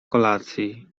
kolacji